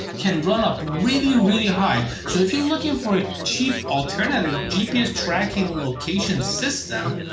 can run up really really high, so if you're looking for a cheap alternative gps tracking location system,